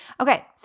Okay